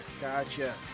Gotcha